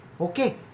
Okay